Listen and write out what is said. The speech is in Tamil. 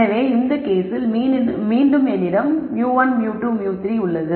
எனவே இந்த கேஸில் மீண்டும் என்னிடம் 1 2 3 உள்ளது